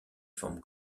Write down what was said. forme